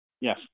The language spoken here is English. Yes